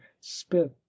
spit